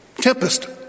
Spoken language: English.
tempest